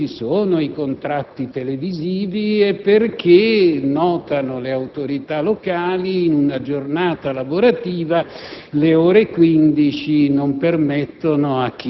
naturalmente alle ore 18, perché ci sono i contratti televisivi e perché - notano le autorità locali - in una giornata lavorativa